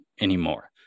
anymore